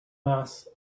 mass